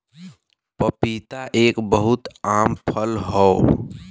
पपीता एक बहुत आम फल हौ